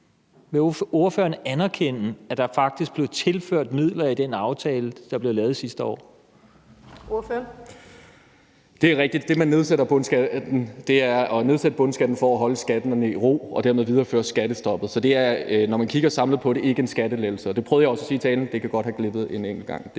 Vil ordføreren anerkende, at der faktisk blev tilført midler i den aftale, der blev lavet sidste år? Kl. 16:49 Den fg. formand (Birgitte Vind): Ordføreren. Kl. 16:49 Sigurd Agersnap (SF): Det er rigtigt, at det, at man nedsætter bundskatten, er for at holde skatterne i ro og dermed videreføre skattestoppet. Så det er, når man kigger samlet på det, ikke en skattelettelse, og det prøvede jeg også at sige i talen, og det kan godt have glippet en enkelt gang,